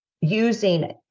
using